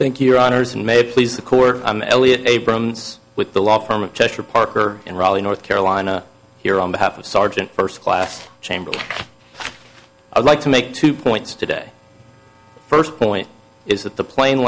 thank you honors and may please the court i'm elliot abrams with the law firm of chester parker in raleigh north carolina here on behalf of sergeant first class chamber i'd like to make two points today first point is that the pla